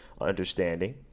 understanding